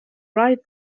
right